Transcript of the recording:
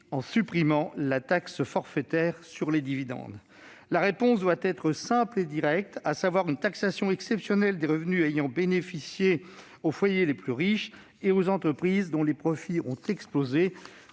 en supprimant la taxe forfaitaire sur les dividendes ? La réponse doit être simple et directe, à savoir une taxation exceptionnelle des revenus ayant bénéficié aux foyers les plus riches et aux entreprises dont les profits ont explosé.